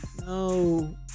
No